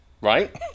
right